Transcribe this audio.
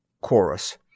Chorus